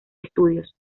estudios